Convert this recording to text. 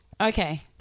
Okay